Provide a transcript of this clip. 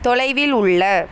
தொலைவில் உள்ள